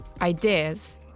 ideas